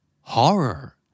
Horror